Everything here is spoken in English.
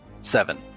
seven